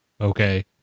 Okay